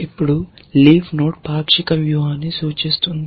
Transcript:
ఇప్పుడు leaf node పాక్షిక వ్యూహాన్ని సూచిస్తుంది